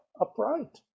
upright